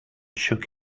shook